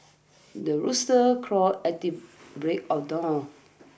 the rooster crows at the break of dawn